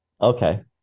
Okay